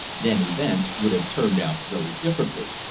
then events would have turned out very differently.